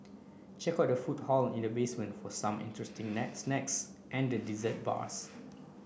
check out the food hall in the basement for some interesting necks snacks and the dessert bars